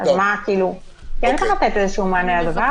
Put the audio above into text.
כן צריך לתת איזשהו מענה לדבר הזה.